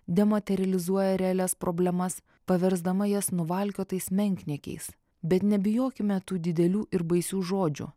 dematerializuoja realias problemas paversdama jas nuvalkiotais menkniekiais bet nebijokime tų didelių ir baisių žodžių